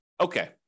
okay